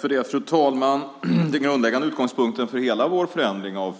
Fru talman! Den grundläggande utgångspunkten för hela vår förändring av